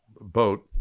boat